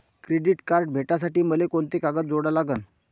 Credit card भेटासाठी मले कोंते कागद जोडा लागन?